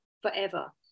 forever